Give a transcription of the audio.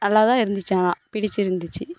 நல்லாதான் இருந்திச்சு ஆனால் பிடிச்சிருந்திச்சு